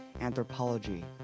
anthropology